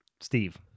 Steve